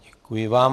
Děkuji vám.